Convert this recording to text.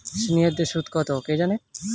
সিনিয়ারদের সুদ কত?